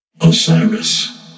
Osiris